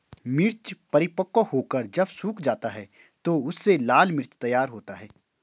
मिर्च परिपक्व होकर जब सूख जाता है तो उससे लाल मिर्च तैयार होता है